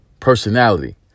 personality